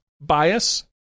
bias